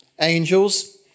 Angels